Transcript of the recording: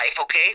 okay